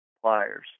pliers